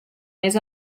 més